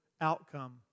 outcome